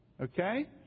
Okay